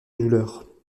douleur